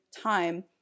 time